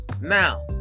Now